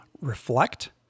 reflect